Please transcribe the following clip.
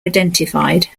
identified